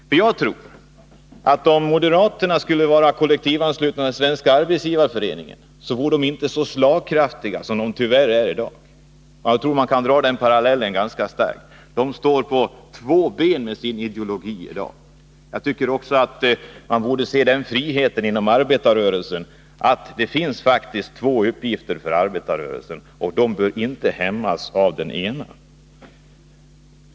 Jag tror att om moderaterna skulle vara kollektivanslutna till Svenska arbetsgivareföreningen, vore de inte så slagkraftiga som de tyvärr är i dag — man kan dra den parallellen ganska klart. De står på två ben med sin ideologi i dag, och jag tycker att man borde se den friheten också i arbetarrörelsen. Det finns faktiskt två uppgifter för arbetarrörelsen, och den ena bör inte hämmas av den andra.